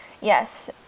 Yes